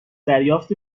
دریافت